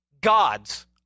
God's